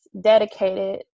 dedicated